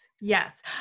Yes